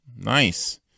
Nice